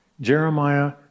Jeremiah